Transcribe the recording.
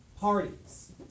parties